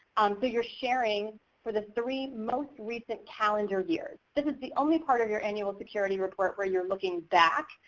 so you're sharing for the three most recent calendar years. this is the only part of your annual security report where you're looking back,